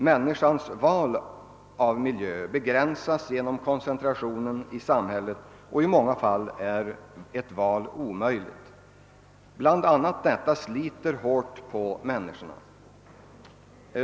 Människans val av miljö begränsas genom koncentrationen i samhället, och i många fall är ett val omöjligt. BI a. detta sliter hårt på människorna.